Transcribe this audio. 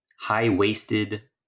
High-waisted